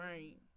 Right